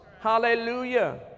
hallelujah